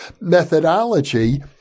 methodology